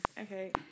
Okay